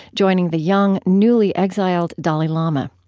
joining the young, newly exiled dalai lama.